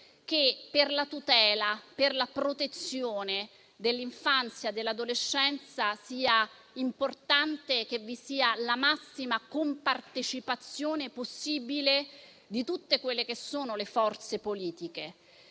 che, per la tutela e la protezione dell'infanzia e dell'adolescenza, sia importante avere la massima compartecipazione possibile di tutte le forze politiche.